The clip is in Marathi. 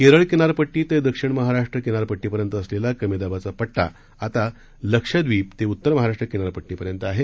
केरळ किनारपट्टी ते दक्षिण महाराष्ट्र किनारपट्टीपर्यंत असलेला कमी दाबाचा पट्टा आता लक्षद्विप ते उत्तर महाराष्ट्र किनारपट्टीपर्यंत आहे